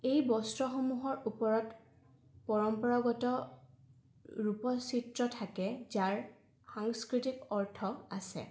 এই বস্ত্ৰসমূহৰ ওপৰত পৰম্পৰাগত ৰূপচিত্ৰ থাকে যাৰ সাংস্কৃতিক অৰ্থ আছে